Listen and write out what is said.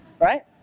right